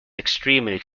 extremely